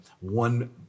one